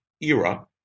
era